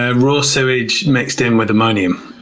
and raw sewage mixed in with ammonium.